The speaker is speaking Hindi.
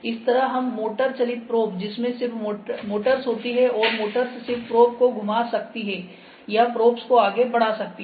इसी तरह हम मोटर चालित प्रोब जिसमें सिर्फ मोटर्स होती है और मोटर्स सिर्फ प्रोबको घुमा सकती हैं या प्रोबको आगे बढ़ा सकती हैं